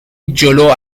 جلو